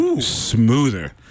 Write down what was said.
smoother